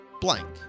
Blank